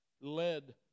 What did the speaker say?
led